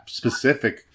specific